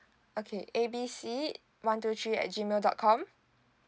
okay A B C one two three at G mail dot com